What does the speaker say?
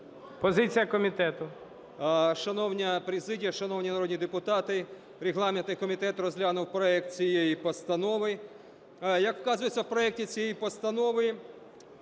КАЛЬЧЕНКО С.В. Шановна президія, шановні народні депутати! Регламентний комітет розглянув проект цієї Постанови. Як вказується в проекті цієї Постанови,